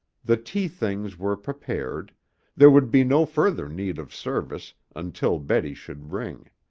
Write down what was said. the tea-things were prepared there would be no further need of service until betty should ring.